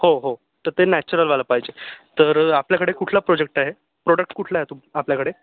हो हो तर ते नॅचरलवालं पाहिजे तर आपल्याकडे कुठलं प्रोजेक्ट आहे प्रोडक्ट कुठलं आहे आपल्याकडे